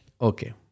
Okay